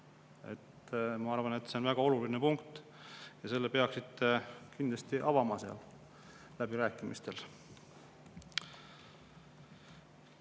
Ma arvan, et see on väga oluline punkt. Selle peaksite kindlasti avama seal läbirääkimistel.